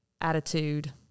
attitude